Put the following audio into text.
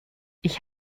ich